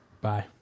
Bye